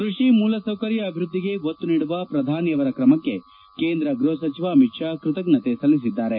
ಕೃಷಿ ಮೂಲಸೌಕರ್ಯ ಅಭಿವೃದ್ಧಿಗೆ ಒತ್ತು ನೀಡುವ ಪ್ರಧಾನಿ ಅವರ ತ್ರಮಕ್ಕೆ ಕೇಂದ್ರ ಗೃಪ ಸಚಿವ ಅಮಿತ್ ಶಾ ಕೃತಜ್ಞತೆ ಸಲ್ಲಿಸಿದ್ದಾರೆ